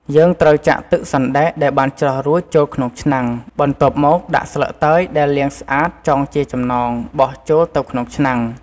យើងត្រូវចាក់ទឹកសណ្តែកដែលបានច្រោះរួចចូលក្នុងឆ្នាំង បន្ទាប់មកដាក់ស្លឹកតើយដែលលាងស្អាតចងជាចំណង បោះចូលទៅក្នុងឆ្នាំង ។